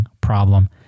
problem